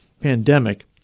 pandemic